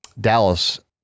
Dallas